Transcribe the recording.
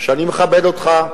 ואני מכבד אותך,